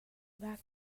back